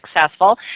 successful